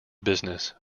business